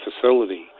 facility